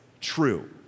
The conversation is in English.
true